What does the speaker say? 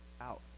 out